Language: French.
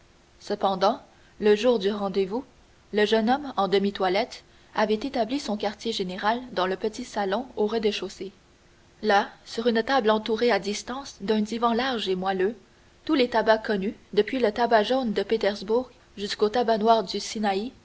cependant le jour du rendez-vous le jeune homme en demi toilette avait établi son quartier général dans le petit salon du rez-de-chaussée là sur une table entourée à distance d'un divan large et moelleux tous les tabacs connus depuis le tabac jaune de pétersbourg jusqu'au tabac noir du